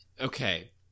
okay